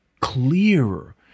clearer